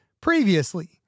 previously